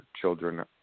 children